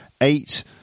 eight